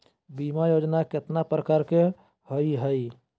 बीमा योजना केतना प्रकार के हई हई?